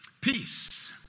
peace